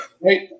right